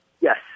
Yes